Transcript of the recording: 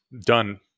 done